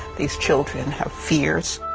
these children have fears.